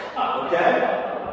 Okay